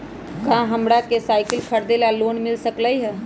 का हमरा के साईकिल खरीदे ला लोन मिल सकलई ह?